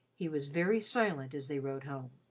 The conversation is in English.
he was very silent as they rode home.